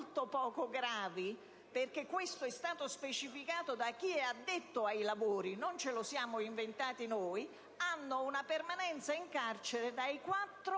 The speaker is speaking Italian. Grazie,